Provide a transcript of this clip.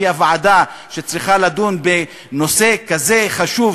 שהיא הוועדה שצריכה לדון בנושא כזה חשוב,